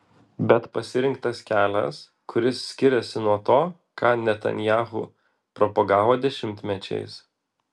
bet pasirinktas kelias kuris skiriasi nuo to ką netanyahu propagavo dešimtmečiais